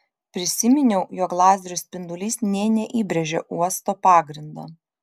prisiminiau jog lazerio spindulys nė neįbrėžė uosto pagrindo